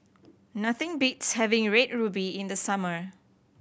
nothing beats having Red Ruby in the summer